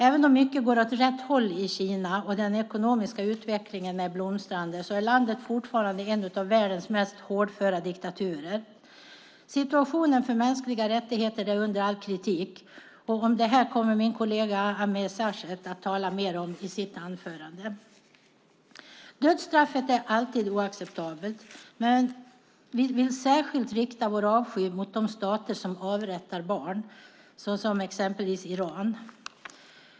Även om mycket går åt rätt håll i Kina och den ekonomiska utvecklingen är blomstrande är landet fortfarande en av världens mest hårdföra diktaturer. Situationen för mänskliga rättigheter är under all kritik. Detta kommer min kollega Ameer Sachet att tala mer om i sitt anförande. Dödsstraffet är alltid oacceptabelt, men vi vill särskilt rikta vår avsky mot de stater som avrättar barn, exempelvis Iran.